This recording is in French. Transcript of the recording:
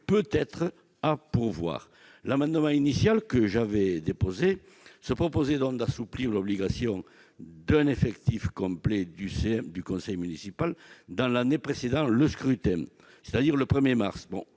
peut-être à pourvoir la maintenant initial que j'avais déposé ce proposés dans d'assouplir l'obligation d'un effectif complet du du conseil municipal dans l'année précédant le scrutin, c'est-à-dire le 1er mars,